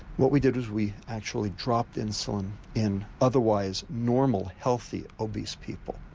what we did was we actually dropped insulin in otherwise normal, healthy obese people,